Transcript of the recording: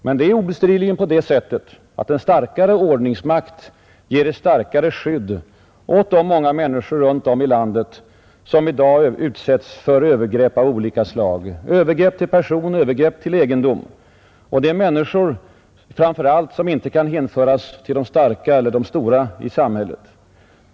Men det är obestridligen på det sättet att en starkare ordningsmakt ger ett starkare skydd åt de många människor runt om i landet som i dag utsätts för övergrepp av olika slag — övergrepp till person, övergrepp till egendom. Det är framför allt människor som inte kan hänföras till de starka, till de stora i samhället.